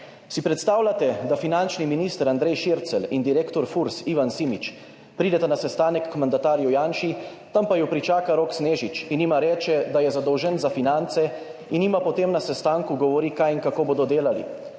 Si predstavljate, da finančni minister Andrej Šircelj in direktor Fursa Ivan Simič prideta na sestanek k mandatarju Janši, tam pa ju pričaka Rok Snežič in jima reče, da je zadolžen za finance in jima potem na sestanku govori, kaj in kako bodo delali?